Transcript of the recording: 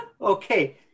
Okay